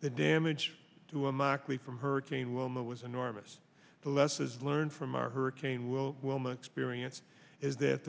the damage to a mockery from hurricane wilma was enormous the lessons learned from our hurricane wilma experience is that